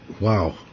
Wow